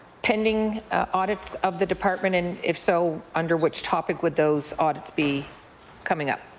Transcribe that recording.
pending audits of the department and if so under which topic with those audits be coming up?